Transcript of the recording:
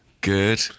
Good